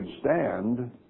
stand